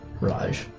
Raj